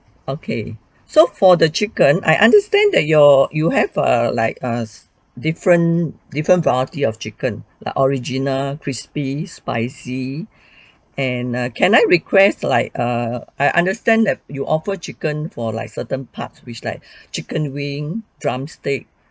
okay so for the chicken I understand that your you have err like a different different variety of chicken the original crispy spicy and err can I request like err I understand that you offer chicken for like certain parts which like chicken wing drumstick